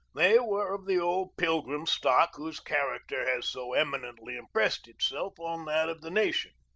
they were of the old pilgrim stock whose character has so eminently impressed itself on that of the nation.